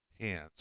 hands